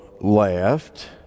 laughed